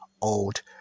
Old